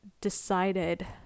decided